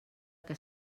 que